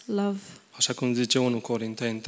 love